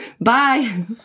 Bye